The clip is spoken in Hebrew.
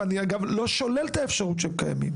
ואני לא שולל את האפשרות שהם קיימים,